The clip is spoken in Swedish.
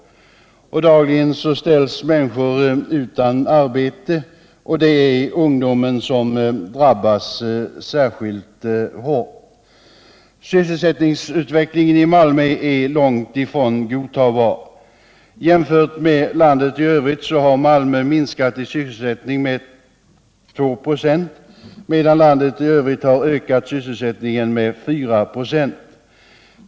Dagligen ställs människor utan arbete, och det är ungdomen som drabbas särskilt hårt. Sysselsättningsutvecklingen i Malmö är långt ifrån godtagbar. Sysselsättningen i Malmö har minskat med 2 96 medan den i landet i övrigt har ökat med 4 96.